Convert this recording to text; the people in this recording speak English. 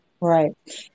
Right